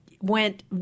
went